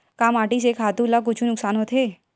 का माटी से खातु ला कुछु नुकसान होथे?